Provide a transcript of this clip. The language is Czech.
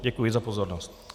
Děkuji za pozornost.